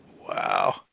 Wow